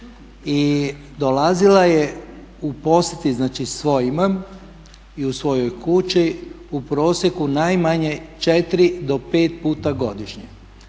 i dolazila je u posjete svojima i u svojoj kući u prosjeku najmanje četiri do pet puta godišnje.